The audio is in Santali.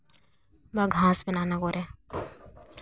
ᱵᱟ ᱜᱷᱟᱥ ᱢᱮᱱᱟᱜᱼᱟ ᱚᱱᱟ ᱠᱚᱨᱮ